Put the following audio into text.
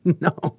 No